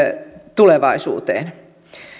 tulevaisuuteen